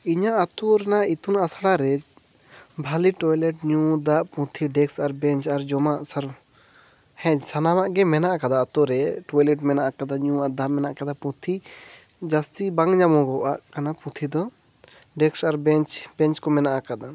ᱤᱧᱟᱹᱜ ᱟᱛᱳ ᱨᱮᱱᱟᱜ ᱤᱛᱩᱱ ᱟᱥᱲᱟ ᱨᱮ ᱵᱷᱟᱞᱮ ᱴᱳᱭᱞᱮᱴ ᱧᱩ ᱫᱟᱜ ᱯᱩᱛᱷᱤ ᱰᱮᱠᱥ ᱟᱨ ᱵᱮᱧᱡᱽ ᱟᱨ ᱡᱚᱢᱟᱜ ᱥᱟᱨ ᱦᱮᱸ ᱥᱟᱱᱟᱢᱟᱜ ᱜᱮ ᱢᱮᱱᱟᱜ ᱟᱠᱟᱫᱟ ᱟᱛᱳ ᱨᱮ ᱴᱳᱭᱞᱮᱴ ᱢᱮᱱᱟᱜ ᱟᱠᱟᱫᱟ ᱧᱩᱭᱟᱜ ᱫᱟᱜ ᱢᱮᱱᱟᱜ ᱟᱠᱟᱫᱟ ᱯᱩᱛᱷᱤ ᱡᱟᱹᱥᱛᱤ ᱵᱟᱝ ᱧᱟᱢᱚᱜᱚᱜᱼᱟ ᱚᱱᱟ ᱯᱩᱛᱷᱤ ᱫᱚ ᱰᱮᱠᱥ ᱟᱨ ᱵᱮᱧᱡᱽ ᱵᱮᱧᱡᱽ ᱠᱚ ᱢᱮᱱᱟᱜ ᱟᱠᱟᱫᱟ